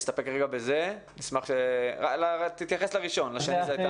תתייחס לחלק הראשון של דבריי.